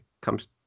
comes